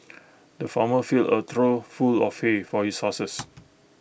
the farmer filled A trough full of hay for his horses